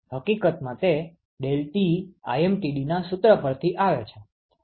હકીકતમાં તે ∆Tlmtd ના સુત્ર પરથી આવે છે